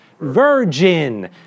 virgin